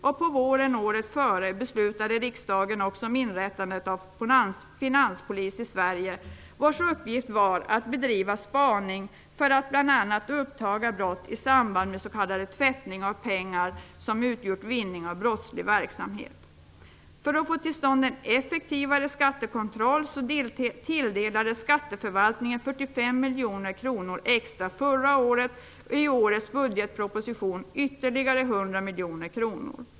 Och på våren året före beslutade riksdagen också om inrättandet av en finanspolis i Sverige, vars uppgift var att bedriva spaning för att bl.a. uppdaga brott i samband med s.k. tvättning av pengar som utgjort vinning av brottslig verksamhet. För att få till stånd en effektivare skattekontroll tilldelades Skatteförvaltningen 45 miljoner kronor extra förra året och i årets budgetproposition ytterligare 100 miljoner kronor.